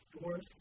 doors